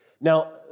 Now